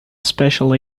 special